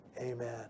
amen